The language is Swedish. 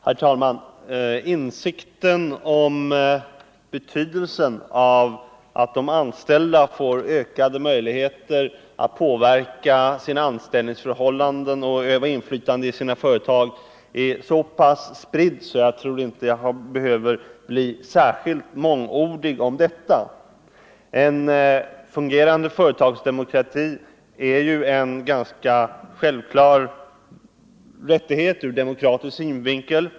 Herr talman! Insikten om betydelsen av att de anställda får ökade möjligheter att påverka sina anställningsförhållanden och öva inflytande i sina företag är så pass spridd att jag inte tror att jag behöver bli särskilt mångordig på denna punkt. En fungerande företagsdemokrati är en ganska självklar rättighet ur demokratisk synvinkel.